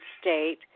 state